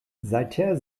seither